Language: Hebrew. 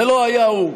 זה לא היה הוא.